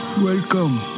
Welcome